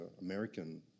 American